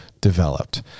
developed